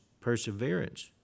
perseverance